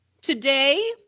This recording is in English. today